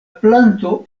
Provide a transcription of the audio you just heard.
planto